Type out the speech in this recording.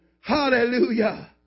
Hallelujah